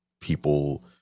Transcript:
people